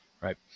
right